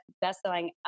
best-selling